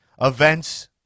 Events